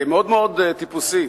מאוד מאוד טיפוסית.